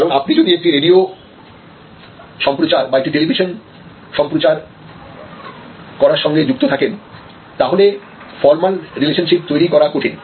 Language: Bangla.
কারণ আপনি যদি একটি রেডিও সম্প্রচার বা একটি টেলিভিশন সম্প্রচার করার সঙ্গে যুক্ত থাকেন তাহলে ফর্মাল রিলেশনশিপ তৈরি করা কঠিন